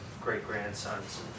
great-grandsons